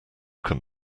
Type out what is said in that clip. can